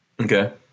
Okay